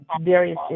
various